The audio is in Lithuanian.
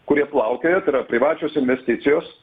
kurie plaukioja tai yra privačios investicijos